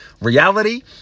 reality